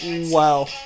Wow